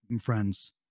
friends